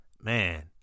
Man